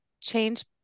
change